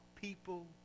people